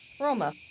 roma